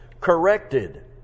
corrected